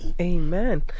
Amen